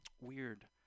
weird